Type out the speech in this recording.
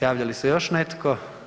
Javlja li se još netko?